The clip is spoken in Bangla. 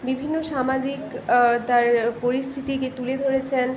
বিভিন্ন সামাজিক তার পরিচিতিকে তুলে ধরেছেন